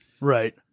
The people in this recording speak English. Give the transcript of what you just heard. Right